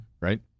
right